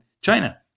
China